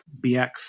BX